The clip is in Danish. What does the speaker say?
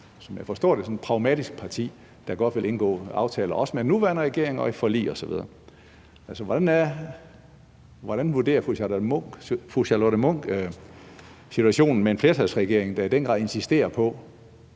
som jeg forstår det – sådan et pragmatisk parti, der også godt vil indgå aftaler med den nuværende regering og være med i forlig osv. Hvordan vurderer fru Charlotte Munch situationen med en flertalsregering, der i den grad insisterer på